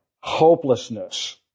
hopelessness